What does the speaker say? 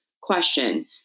question